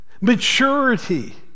Maturity